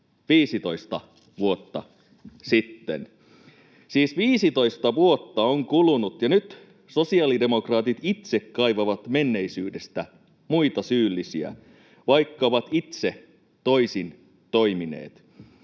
15 vuotta sitten. Siis 15 vuotta on kulunut, ja nyt sosiaalidemokraatit itse kaivavat menneisyydestä muita syyllisiä, vaikka ovat itse toisin toimineet.